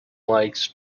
likes